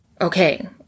okay